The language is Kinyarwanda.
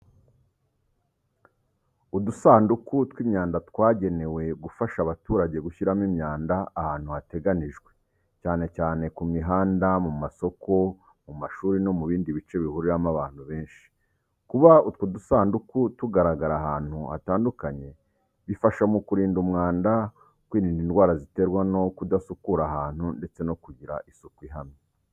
Udusanduku tw’imyanda twagenewe gufasha abaturage gushyiramo imyanda ahantu hateganyijwe, cyane cyane ku mihanda, mu masoko, mu mashuri no mu bindi bice bihuriramo abantu benshi. Kuba utwo dusanduku tugaragara ahantu hatandukanye bifasha mu kurinda umwanda, kwirinda indwara ziterwa no kudasukura ahantu ndetse no kugira isuku ihamye.